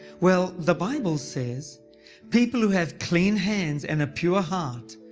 well the bible says people who have clean hands and a pure heart,